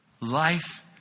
life